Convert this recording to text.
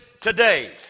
today